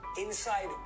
Inside